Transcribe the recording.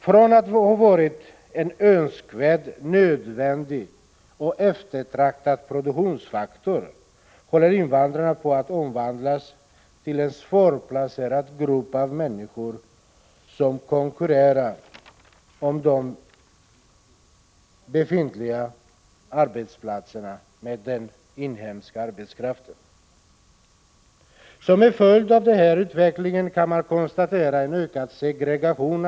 Från att ha varit en önskvärd, nödvändig och eftertraktad produktionsfaktor håller invandrarna på att omvandlas till en grupp svårplacerade människor som konkurrerar om de befintliga arbetsplatserna med den inhemska arbetskraften. Som följd av denna utveckling kan man konstatera en ökad segregation.